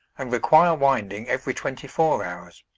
and require winding every twenty-four hours.